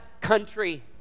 country